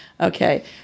Okay